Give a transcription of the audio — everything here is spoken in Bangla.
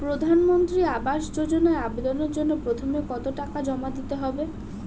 প্রধানমন্ত্রী আবাস যোজনায় আবেদনের জন্য প্রথমে কত টাকা জমা দিতে হবে?